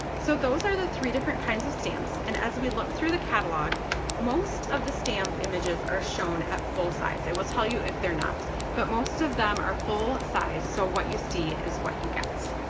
so those are the three different kinds of stamps and as we look through the catalog most of the stamp images are shown at full size. it will tell you if they're not but most of them are full size so what you see is what you get.